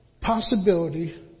possibility